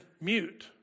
mute